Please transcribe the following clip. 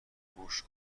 گوش